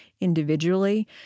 individually